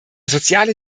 soziale